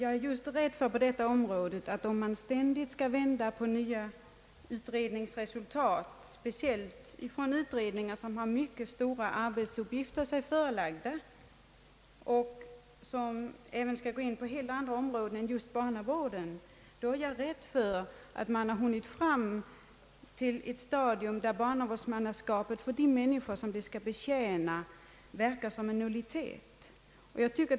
Jag är rädd för, att om man ständigt skall vänta på nya resultat från utredningar som har sig förelagda mycket stora arbetsuppgifter och som även skall behandla helt andra områden än just barnavården, så har man nått ett stadium när barnavårdsmannaskapet för de människor det skall betjäna verkar som en nullitet.